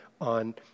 on